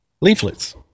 leaflets